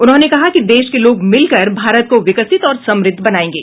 उन्होंने कहा कि देश के लोग मिलकर भारत को विकसित और समृद्ध बनाएंगे